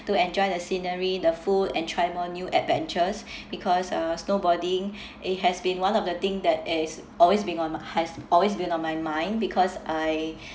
to enjoy the scenery the food and try more new adventures because uh snowboarding it has been one of the thing that is always been has always been on my mind because I